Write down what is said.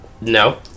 No